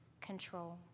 control